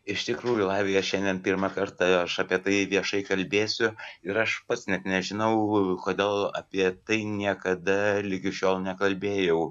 iš tikrųjų lavija šiandien pirmą kartą aš apie tai viešai kalbėsiu ir aš pats net nežinau kodėl apie tai niekada ligi šiol nekalbėjau